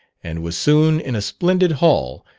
and was soon in a splendid hall,